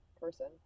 person